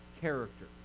character